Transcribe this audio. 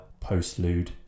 postlude